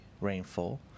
rainfall